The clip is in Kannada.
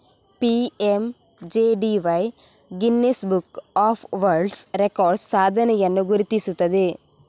PMJDY Guinness book of world records ಸಾಧನೆಯನ್ನು ಗುರುತಿಸಿದೆ